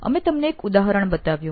અમે તમને એક ઉદાહરણ બતાવ્યું